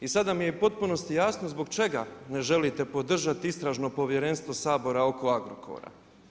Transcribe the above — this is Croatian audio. I sada mi je u potpunosti jasno zbog čega ne želite podržati Istražno povjerenstvo Sabora oko Agrokora.